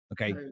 okay